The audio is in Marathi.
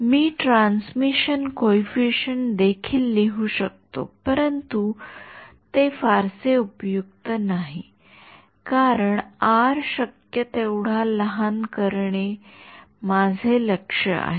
मी ट्रांसमिशन कॉइफिसिएंट देखील लिहू शकतो परंतु ते फारसे उपयुक्त नाही कारण आर शक्य तेवढा लहान करणे माझे लक्ष्य आहे